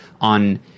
on